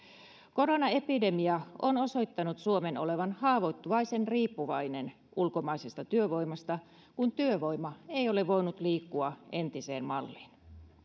koronaepidemia on osoittanut suomen olevan haavoittuvaisen riippuvainen ulkomaisesta työvoimasta kun työvoima ei ole voinut liikkua entiseen malliin